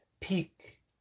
Peak